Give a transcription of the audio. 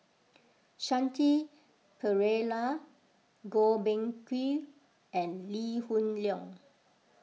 Shanti Pereira Goh Beng Kwan and Lee Hoon Leong